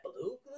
blue